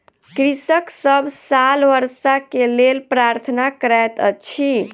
कृषक सभ साल वर्षा के लेल प्रार्थना करैत अछि